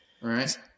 Right